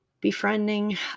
befriending